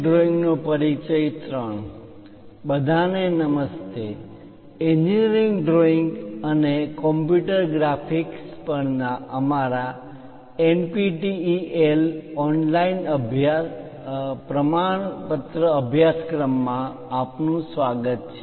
બધાને નમસ્તે engineering drawing અને કોમ્પ્યુટર ગ્રાફિક્સ પરના અમારા એનપીટીઈએલ ઓનલાઇન પ્રમાણપત્ર અભ્યાસક્રમ માં આપનું સ્વાગત છે